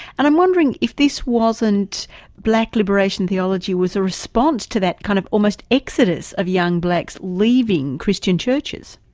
and i'm wondering if this wasn't black liberation theology was a response to that kind of almost exodus of young blacks leaving christian churches?